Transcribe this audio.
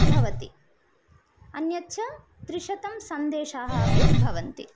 भवति अन्यच्च त्रिशतं सन्देशाः अपि भवन्ति